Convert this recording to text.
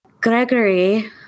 Gregory